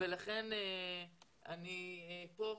לכן אני כאן,